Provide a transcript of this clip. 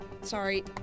Sorry